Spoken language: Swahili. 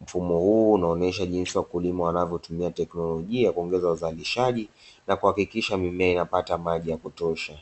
Mfumo huu unaonyesha jinsi wakulima wanavyotumia teknolojia kuongeza uzalishaji na kuhakikisha mimea inapata maji ya kutosha.